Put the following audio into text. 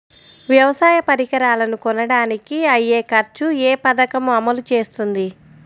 వ్యవసాయ పరికరాలను కొనడానికి అయ్యే ఖర్చు ఏ పదకము అమలు చేస్తుంది?